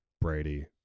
Brady